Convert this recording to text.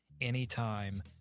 anytime